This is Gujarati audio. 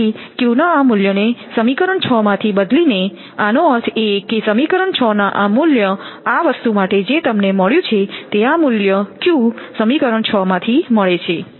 તેથી q ના આ મૂલ્યને સમીકરણ 6 માંથી બદલીને આનો અર્થ એ કે સમીકરણ 6 ના આ મૂલ્ય આ વસ્તુ માટે જે તમને મળ્યું છે તે આ મૂલ્ય q સમીકરણ 6 માંથી મળે છે